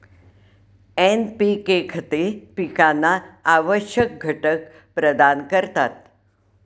NPK खते पिकांना आवश्यक घटक प्रदान करतात